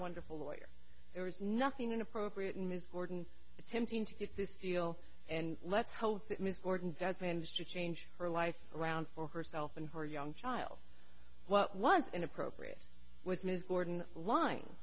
wonderful lawyer there was nothing inappropriate in ms gordon attempting to get this deal and let's hope that ms gordon does manage to change her life around for herself and her young child what was inappropriate with ms borden lying